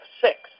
six